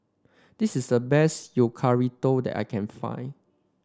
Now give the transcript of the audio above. this is the best that I can find